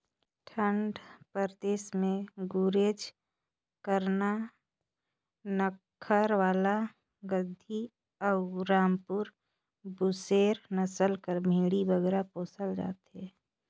ठंडा परदेस में गुरेज, करना, नक्खरवाल, गद्दी अउ रामपुर बुसेर नसल कर भेंड़ी बगरा पोसल जाथे